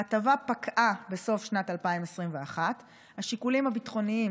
ההטבה פקעה בסוף שנת 2021. השיקולים הביטחוניים